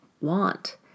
want